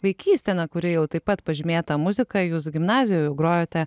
vaikystę na kuri jau taip pat pažymėta muzika jūs gimnazijoj grojote